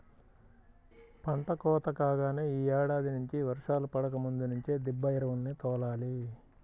పంట కోత కాగానే యీ ఏడాది నుంచి వర్షాలు పడకముందు నుంచే దిబ్బ ఎరువుల్ని తోలాలి